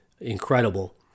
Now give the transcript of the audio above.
incredible